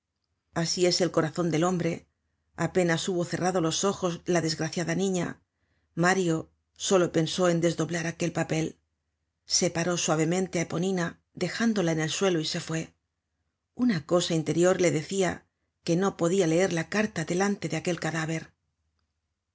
asi es el corazon del hombre apenas hubo cerrado los ojos la desgraciada niña mario solo pensó en desdoblar aquel papel separó suavemente á eponina dejándola en el suelo y se fué una cosa interior le decia que no podia leer la carta delante de aquel cadáver